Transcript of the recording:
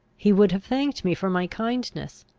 he would have thanked me for my kindness.